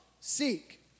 seek